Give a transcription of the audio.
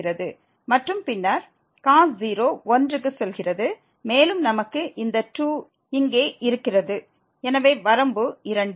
மற்றும் பின்னர் cos 0 1 க்கு செல்கிறது மேலும் நமக்கு இந்த 2 இங்கே இருக்கிறது எனவே வரம்பு 2